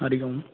Hari Om